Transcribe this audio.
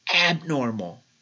abnormal